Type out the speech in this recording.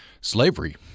slavery